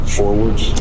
forwards